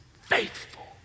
faithful